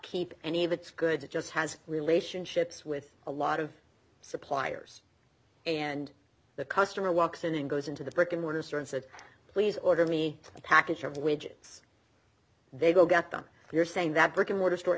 keep any of its goods it just has relationships with a lot of suppliers and the customer walks in and goes into the brick and mortar store and said please order me a package of widgets they go get them you're saying that brick and mortar stor